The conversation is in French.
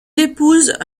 épouse